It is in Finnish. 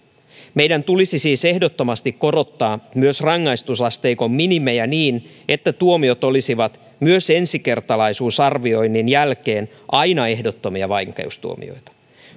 meidän tulisi siis ehdottomasti korottaa myös rangaistusasteikon minimejä niin että tuomiot olisivat myös ensikertalaisuusarvioinnin jälkeen aina ehdottomia vankeustuomioita